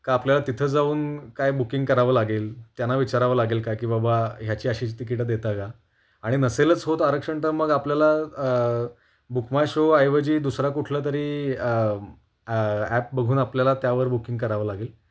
का आपल्याला तिथं जाऊन काय बुकिंग करावं लागेल त्यांना विचारावं लागेल का की बाबा ह्याची अशी अशी तिकीटं देता का आणि नसेलच होत आरक्षण तर मग आपल्याला बुकमायशो ऐवजी दुसरा कुठलं तरी ॲप बघून आपल्याला त्यावर बुकिंग करावं लागेल